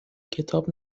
کتاب